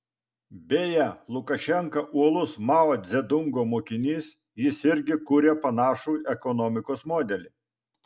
beje lukašenka uolus mao dzedungo mokinys jis irgi kuria panašų ekonomikos modelį